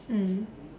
mm